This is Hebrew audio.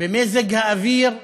במזג האוויר הקר,